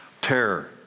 Terror